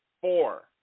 Four